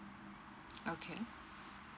okay